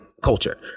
culture